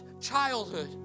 childhood